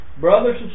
Brothers